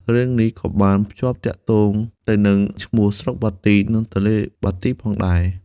រឿងនេះក៏បានភ្ជាប់ទាក់ទងទៅនឹងឈ្មោះស្រុកបាទី និងទន្លេបាទីផងដែរ។